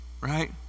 right